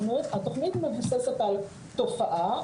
התוכנית מבוססת על תופעה,